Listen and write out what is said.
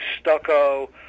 stucco